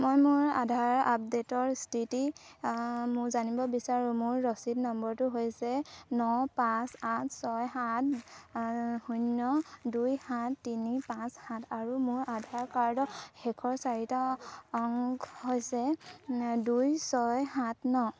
মই মোৰ আধাৰ আপডেটৰ স্থিতি জানিব বিচাৰোঁ মোৰ ৰচিদ নম্বৰটো হৈছে ন পাঁচ আঠ ছয় সাত শূন্য দুই সাত তিনি পাঁচ সাত আৰু মোৰ আধাৰ কাৰ্ডৰ শেষৰ চাৰিটা অংক হৈছে দুই ছয় সাত ন